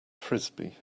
frisbee